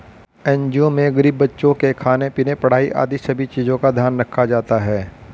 NGO में गरीब बच्चों के खाने पीने, पढ़ाई आदि सभी चीजों का ध्यान रखा जाता है